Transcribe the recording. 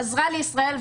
חזרה לישראל,